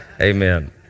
Amen